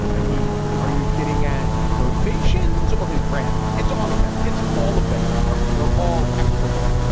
i mean are you getting at his motivations or his branding. it's all of them. it's all of them with trump they're all execrable.